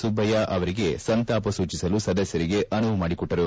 ಸುಬ್ಬಯ್ಕ ಅವರಿಗೆ ಸಂತಾಪ ಸೂಚಿಸಲು ಸದಸ್ನರಿಗೆ ಅನುವು ಮಾಡಿಕೊಟ್ಟರು